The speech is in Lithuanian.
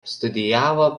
studijavo